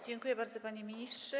Dziękuję bardzo, panie ministrze.